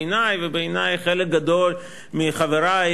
בעיני ובעיני חלק גדול מחברי